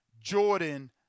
Jordan